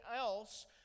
else